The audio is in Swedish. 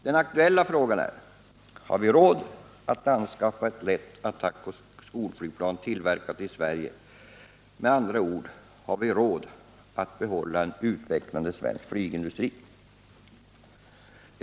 Den aktuella frågan är: Har vi råd att anskaffa ett nytt lätt attackoch skolflygplan, tillverkat i Sverige — eller med andra ord: Har vi råd att bibehålla en utvecklande svensk flygindustri?